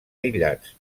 aïllats